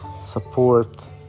support